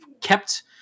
kept